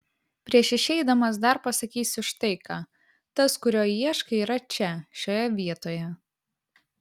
prieš išeidamas dar pasakysiu štai ką tas kurio ieškai yra čia šioje vietoje